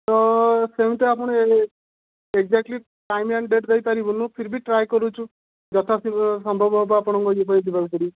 ତ ସେମିତି ଆପଣ ଏ ଏଗ୍ଜାଟ୍ଲି ଟାଇମ୍ ଏଣ୍ଡ୍ ଡେଟ୍ ଦେଇ ପାରିବୁନି ଫିର୍ ଭି ଟ୍ରାଏ କରୁଛୁ ଯଥା ଶୀଘ୍ର ସମ୍ଭବ ହେବ ଆପଣଙ୍କ ଇଏ ପାଇଁ ଯିବାକୁ ପଡ଼ିବ